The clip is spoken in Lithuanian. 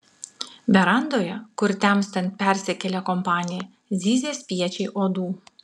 verandoje kur temstant persikėlė kompanija zyzė spiečiai uodų